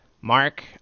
Mark